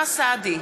אוסאמה סעדי,